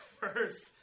first